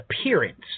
appearance